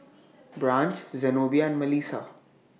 Branch Zenobia and Malissa